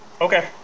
Okay